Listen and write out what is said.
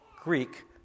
Greek